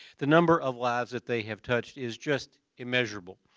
the number of lives that they have touched is just immeasurable.